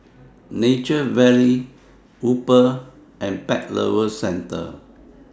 Nature Valley Uber and Pet Lovers Centre